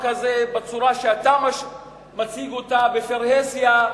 הזה בצורה שאתה מציג אותו בפרהסיה,